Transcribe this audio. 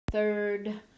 Third